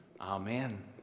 Amen